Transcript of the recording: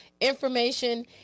information